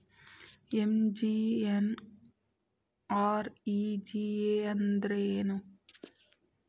MGNREGA ಅಂದ್ರೆ ಏನು?